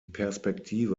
perspektive